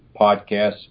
podcasts